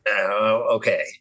okay